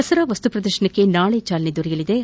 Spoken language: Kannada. ದಸರಾ ವಸ್ತುಪ್ರದರ್ಶನಕ್ಕೆ ನಾಳೆ ಚಾಲನೆ ದೊರೆಯಲಿದ್ದು